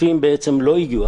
הכספים בעצם לא הגיעו.